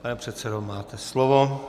Pane předsedo, máte slovo.